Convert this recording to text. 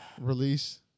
Release